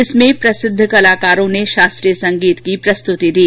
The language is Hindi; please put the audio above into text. इसमें प्रसिद्ध कलाकारों ने शास्त्रीय संगीत की प्रस्तुति दी